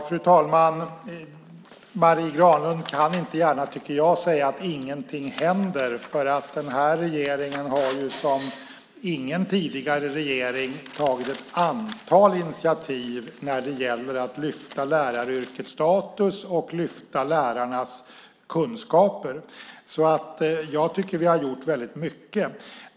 Fru talman! Marie Granlund kan inte gärna säga att ingenting händer. Den här regeringen har som ingen tidigare regering tagit ett antal initiativ när det gäller att lyfta läraryrkets status och lyfta lärarnas kunskaper. Jag tycker att vi har gjort väldigt mycket.